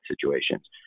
situations